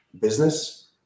business